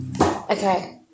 Okay